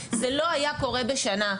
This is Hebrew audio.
זה לא היה קורה בשנה,